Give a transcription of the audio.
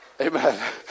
Amen